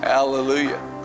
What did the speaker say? Hallelujah